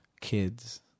kids